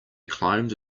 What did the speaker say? climbed